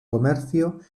comercio